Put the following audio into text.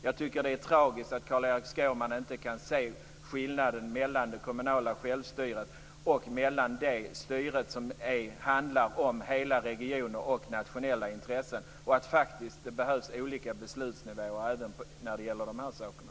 Jag tycker att det är tragiskt att Carl-Erik Skårman inte kan se skillnaden mellan det kommunala självstyret och det styre som handlar om hela regioner och nationella intressen och att det faktiskt behövs olika beslutsnivåer även när det gäller de här sakerna.